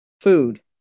Food